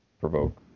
provoke